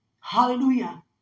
Hallelujah